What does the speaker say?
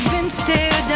instead,